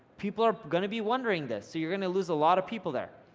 people are gonna be wondering this, so you're gonna lose a lot of people there.